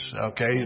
Okay